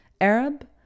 Arab